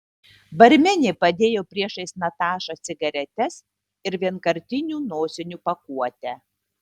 barmenė padėjo priešais natašą cigaretes ir vienkartinių nosinių pakuotę